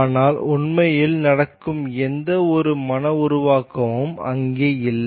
ஆனால் உண்மையில் நடக்கும் எந்த மன உருவாக்கமும் அங்கே இல்லை